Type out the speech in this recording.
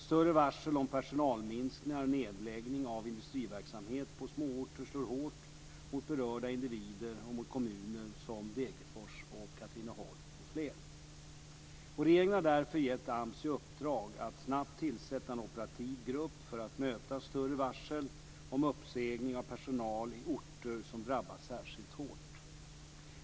Större varsel om personalminskningar och nedläggning av industriverksamhet på småorter slår hårt mot berörda individer och mot kommuner, som Degerfors, Katrineholm m.fl. Regeringen har därför gett AMS i uppdrag att snabbt tillsätta en operativ grupp för att möta större varsel om uppsägning av personal i orter som drabbas särskilt hårt.